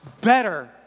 better